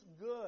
good